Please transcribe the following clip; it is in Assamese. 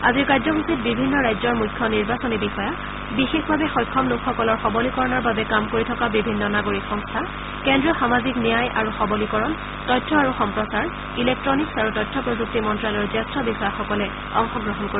আজিৰ কাৰ্যসূচীত বিভিন্ন ৰাজ্যৰ মুখ্য নিৰ্বাচনী বিষয়া বিশেষভাৱে সক্ষম লোকসকলৰ সবলিকৰণৰ বাবে কাম কৰি থকা বিভিন্ন নাগৰিক সংস্থা কেন্দ্ৰীয় সামাজিক ন্যায় আৰু সবলিকৰণ তথ্য আৰু সম্প্ৰচাৰ ইলেক্ট্নিকচ আৰু তথ্য প্ৰযুক্তি মন্তালয়ৰ জ্যেষ্ঠ বিষয়াসকলে এই কাৰ্যসূচীত অংশ গ্ৰহণ কৰিব